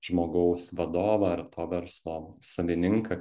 žmogaus vadovą ar verslo savininką